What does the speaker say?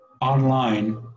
online